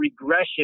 regression